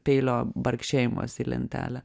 peilio barškėjimas į lentelę